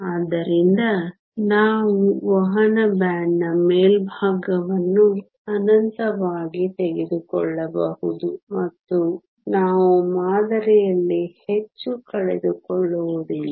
ಆದ್ದರಿಂದ ನಾವು ವಹನ ಬ್ಯಾಂಡ್ನ ಮೇಲ್ಭಾಗವನ್ನು ಅನಂತವಾಗಿ ತೆಗೆದುಕೊಳ್ಳಬಹುದು ಮತ್ತು ನಾವು ಮಾದರಿಯಲ್ಲಿ ಹೆಚ್ಚು ಕಳೆದುಕೊಳ್ಳುವುದಿಲ್ಲ